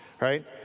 right